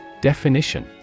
Definition